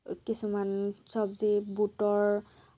কিছুমান চব্জি বুটৰ